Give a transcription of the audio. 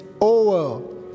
over